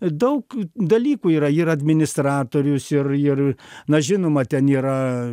daug dalykų yra ir administratorius ir ir na žinoma ten yra